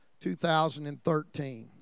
2013